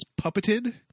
puppeted